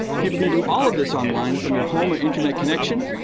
people can do all of this online from your home or internet connection.